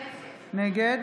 נגד